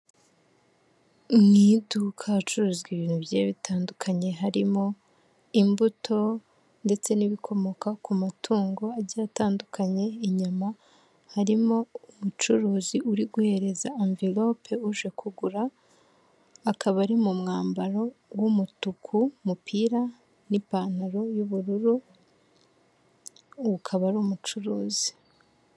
Mu iduka ahacururizwa ibintu bigiye bitandukanye, harimo imbuto ndetse n'ibikomoka ku matungo agiye atandukanye, inyama, harimo umucuruzi uri guhereza amvilope uje kugura, akaba ari mu mwambaro w'umutuku, umupira n'ipantaro y'ubururu, akaba ari umucuruzi.